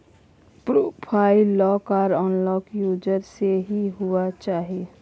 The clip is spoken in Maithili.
प्रोफाइल लॉक आर अनलॉक यूजर से ही हुआ चाहिए